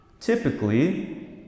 Typically